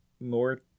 more